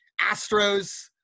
Astros